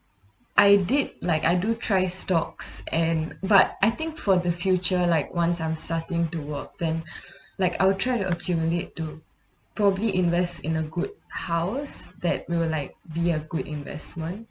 I did like I do try stocks and but I think for the future like once I'm starting to work then like I'll try to accumulate to probably invest in a good house that will like be a good investment